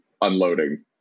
unloading